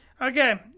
Okay